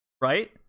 Right